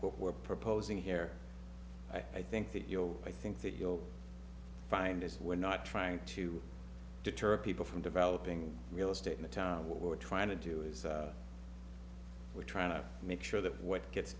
what we're proposing here i think that you know i think that you'll find as we're not trying to deter people from developing real estate in the town what we're trying to do is we're trying to make sure that what gets